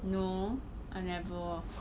no I never